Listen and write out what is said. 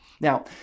Now